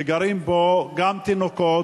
שגרים בו גם תינוקות,